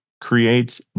creates